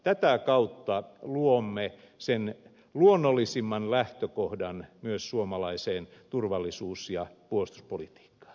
tätä kautta luomme sen luonnollisimman lähtökohdan myös suomalaiseen turvallisuus ja puolustuspolitiikkaan